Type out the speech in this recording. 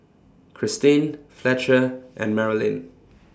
Christine Fletcher and Marilynn